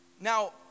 Now